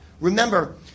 remember